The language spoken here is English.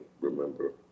remember